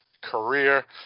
career